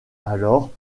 alors